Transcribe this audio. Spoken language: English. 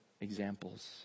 examples